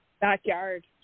backyard